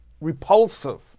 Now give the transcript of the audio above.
repulsive